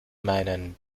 meinen